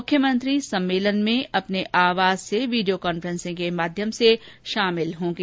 मुख्यमंत्री सम्मेलन में अपने आवास से वीडियो कॉन्फ्रेंसिंग के माध्यम से शामिल होंगे